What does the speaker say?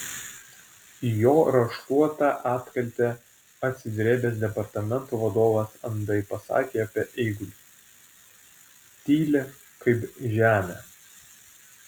į jo raštuotą atkaltę atsidrėbęs departamento vadovas andai pasakė apie eigulį tyli kaip žemė